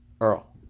Earl